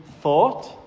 thought